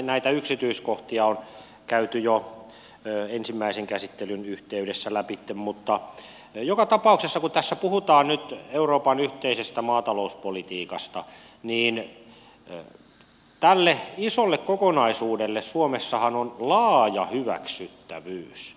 näitä yksityiskohtia on käyty jo ensimmäisen käsittelyn yhteydessä läpi mutta joka tapauksessa kun tässä puhutaan nyt euroopan yhteisestä maatalouspolitiikasta niin tälle isolle kokonaisuudellehan suomessa on laaja hyväksyttävyys